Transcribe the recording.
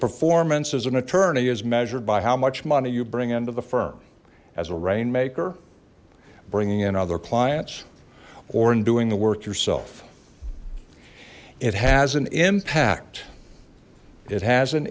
performance as an attorney is measured by how much money you bring into the firm as a rainmaker bringing in other clients or in doing the work yourself it has an impact it has an